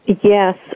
Yes